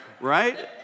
right